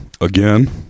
again